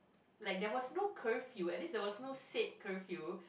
like there was no curfew at least there was no sit curfew